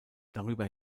darüber